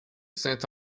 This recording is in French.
saint